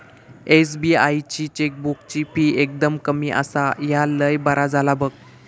SBI ची चेकबुकाची फी एकदम कमी आसा, ह्या लय बरा झाला बघ